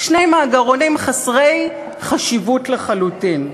שני מאגרונים חסרי חשיבות לחלוטין.